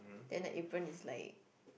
then the apron is like